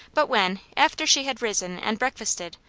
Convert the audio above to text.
but when, after she had risen and break fasted,